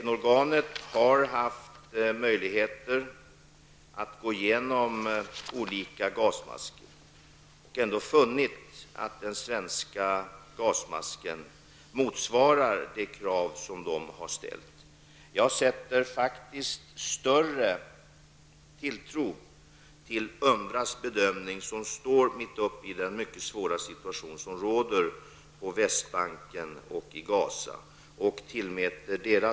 FN-organet har haft möjligheter att gå igenom olika skyddsmasker och funnit att den svenska skyddsmasken motsvarar de krav som ställs. Jag sätter faktiskt större tilltro till UNRWAs bedömning än till israelernas, UNRWA som befinner sig mitt uppe i den svåra situation som råder på Västbanken och i Gaza-området.